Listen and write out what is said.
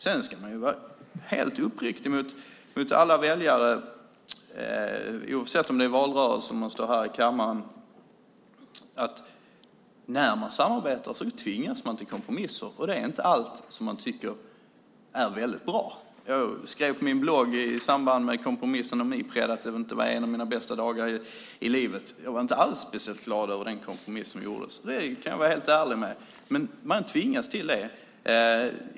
Man ska vara helt uppriktig gentemot alla väljare oavsett om det är valrörelse eller om det är en debatt här i kammaren. När man samarbetar tvingas man till kompromisser. Allt tycker man inte är väldigt bra. I samband med kompromissen om Ipred skrev jag på min blogg att det inte var en av de bästa dagarna i mitt liv. Jag var inte alls speciellt glad över den kompromiss som gjordes. Det kan jag helt ärligt säga, men man tvingas till sådant.